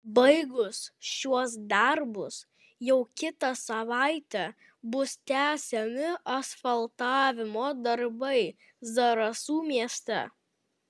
baigus šiuos darbus jau kitą savaitę bus tęsiami asfaltavimo darbai zarasų mieste